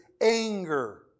anger